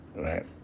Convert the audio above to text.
right